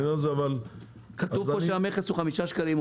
כתוב פה שהמכס 5 שקלים.